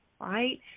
right